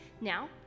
Now